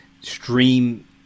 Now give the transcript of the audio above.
stream